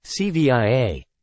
CVIA